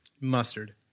mustard